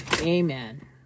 amen